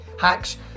hacks